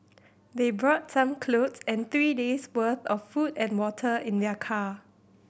they brought some clothes and three days' worth of food and water in their car